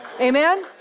amen